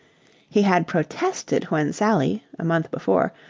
he had protested when sally, a month before,